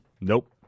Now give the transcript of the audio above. Nope